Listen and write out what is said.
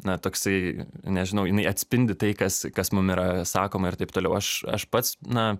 na toksai nežinau jinai atspindi tai kas kas mum yra sakoma ir taip toliau aš aš pats na